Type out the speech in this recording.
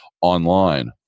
online